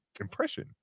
impression